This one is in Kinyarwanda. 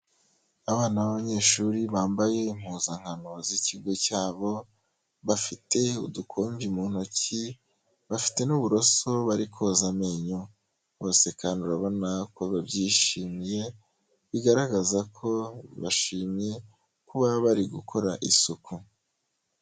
Abana b'abanyeshuri bambaye impuzankano z'ikigo cyabo, bafite udukonji mu ntoki, bafite n'uburoso bari koza amenyo, bose kandi urabona ko babyishimiye bigaragaza ko bishimye kuba bari gukora isuku.